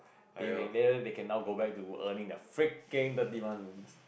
they can they they can now go back to earning their freaking thirty month bonus